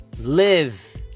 live